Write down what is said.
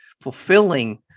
fulfilling